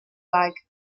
like